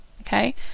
Okay